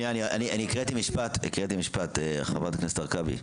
שניה, הקראתי משפט, חברת הכנסת הרכבי.